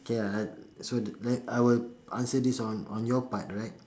okay ah so that let I will answer this on on your part right